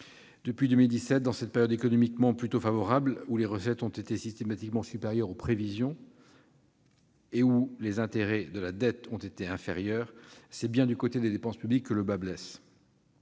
Depuis 2017, dans une période économiquement plutôt favorable où les recettes ont été systématiquement supérieures aux prévisions, et les intérêts de la dette inférieurs, c'est bien du côté des dépenses publiques que le bât blesse.